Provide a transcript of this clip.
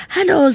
Hello